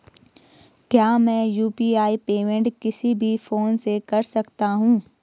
क्या मैं UPI payment किसी भी फोन से कर सकता हूँ?